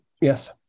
Yes